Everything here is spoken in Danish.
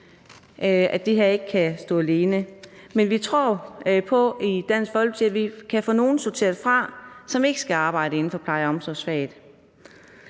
at det her ikke kan stå alene, men vi tror i Dansk Folkeparti på, at vi kan få sorteret nogle fra, som ikke skal arbejde inden for pleje- og omsorgsfagene.